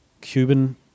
Cuban